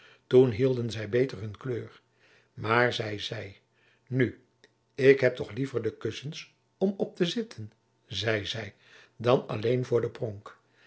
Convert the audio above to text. toen hielden zij beter hun kleur maar zij zei nu ik heb toch liever de kussens om op te zitten zei zij dan alleen voor de pronk